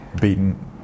Beaten